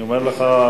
אני אומר לך,